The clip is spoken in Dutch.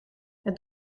het